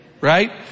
right